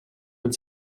mit